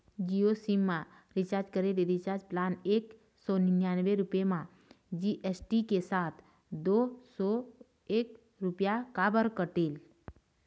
Jio sim मा recharge करे ले रिचार्ज प्लान एक सौ निन्यानबे रुपए मा जी.एस.टी के साथ दो सौ एक रुपया काबर कटेल?